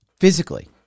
Physically